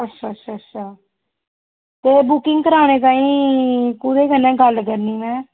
अच्छा अच्छा अच्छा ते बुकिंग कराने ताईं कोह्दे कन्नै गल्ल करनी ऐं